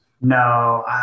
No